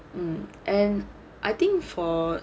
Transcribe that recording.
and I think for